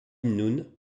noun